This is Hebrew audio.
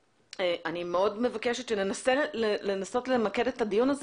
אז אני מאוד מבקשת שננסה למקד את הדיון הזה